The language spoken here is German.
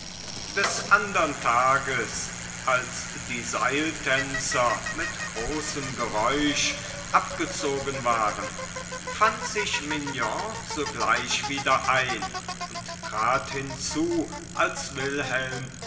des andern tages als die seiltänzer mit großem geräusch abgezogen waren fand sich mignon sogleich wieder ein und trat hinzu als wilhelm